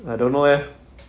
I don't know eh